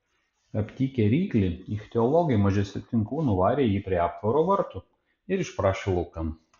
aptikę ryklį ichtiologai mažesniu tinklu nuvarė jį prie aptvaro vartų ir išprašė laukan